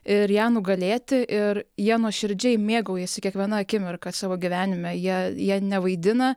ir ją nugalėti ir jie nuoširdžiai mėgaujasi kiekviena akimirka savo gyvenime jie jie nevaidina